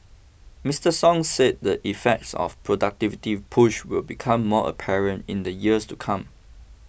Mister Song said the effects of productivity push will become more apparent in the years to come